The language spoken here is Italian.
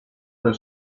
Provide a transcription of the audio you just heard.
del